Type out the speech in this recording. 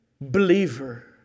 believer